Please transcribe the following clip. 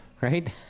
right